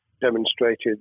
demonstrated